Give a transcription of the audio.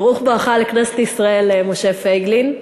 ברוך בואך לכנסת ישראל, משה פייגלין.